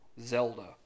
Zelda